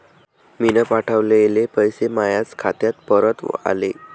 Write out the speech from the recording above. मीन पावठवलेले पैसे मायाच खात्यात परत आले